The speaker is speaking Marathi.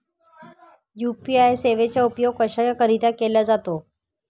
यू.पी.आय सेवेचा उपयोग कशाकरीता केला जातो?